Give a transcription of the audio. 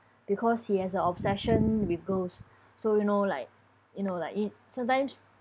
because he has a obsession with girls so you know like you know like i~ sometimes